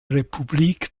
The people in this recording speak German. republik